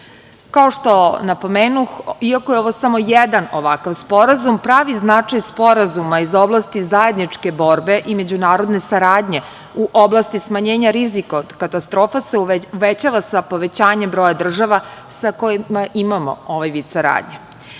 što napomenuh, iako je ovo samo jedan ovakav sporazum, pravi značaj sporazuma iz oblasti zajedničke borbe i međunarodne saradnje u oblasti smanjenja rizika od katastrofa se uvećava sa povećanjem broja država sa kojima imamo ovaj vid saradnje. Srbija